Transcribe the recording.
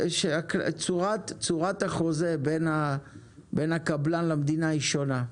צורת החוזה בין הקבלן למדינה היא שונה.